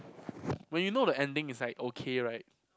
when you know the ending it's like okay right